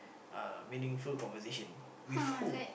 uh meaningful conversation with who